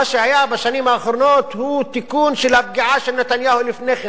מה שהיה בשנים האחרונות הוא תיקון של הפגיעה של נתניהו לפני כן.